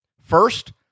First